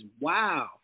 wow